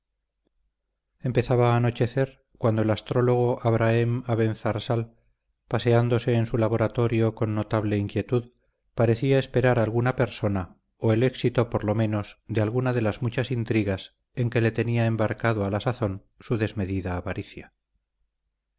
empezaba a anochecer cuando el astrólogo abrahem abenzarsal paseándose en su laboratorio con notable inquietud parecía esperar a alguna persona o el éxito por lo menos de alguna de las muchas intrigas en que le tenía embarcado a la sazón su desmedida avaricia